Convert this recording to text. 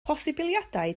posibiliadau